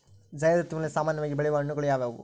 ಝೈಧ್ ಋತುವಿನಲ್ಲಿ ಸಾಮಾನ್ಯವಾಗಿ ಬೆಳೆಯುವ ಹಣ್ಣುಗಳು ಯಾವುವು?